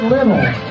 Little